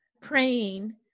praying